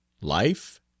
Life